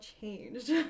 changed